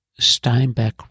Steinbeck